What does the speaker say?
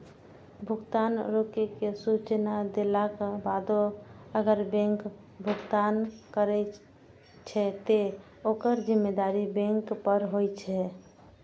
भुगतान रोकै के सूचना देलाक बादो अगर बैंक भुगतान करै छै, ते ओकर जिम्मेदारी बैंक पर होइ छै